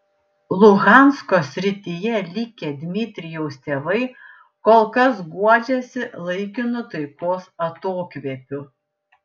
luhansko srityje likę dmitrijaus tėvai kol kas guodžiasi laikinu taikos atokvėpiu